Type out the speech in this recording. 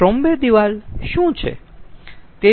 ટ્રોમ્બે દિવાલ શું છે